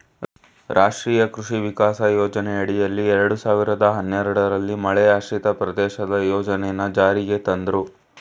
ರಾಷ್ಟ್ರೀಯ ಕೃಷಿ ವಿಕಾಸ ಯೋಜನೆಯಡಿಯಲ್ಲಿ ಎರಡ್ ಸಾವಿರ್ದ ಹನ್ನೆರಡಲ್ಲಿ ಮಳೆಯಾಶ್ರಿತ ಪ್ರದೇಶದ ಯೋಜನೆನ ಜಾರಿಗ್ ತಂದ್ರು